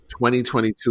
2022